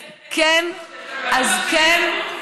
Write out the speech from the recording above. אז כן,